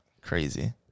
crazy